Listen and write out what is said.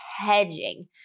hedging